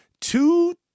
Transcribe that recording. two